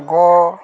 ᱜᱚ